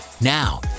Now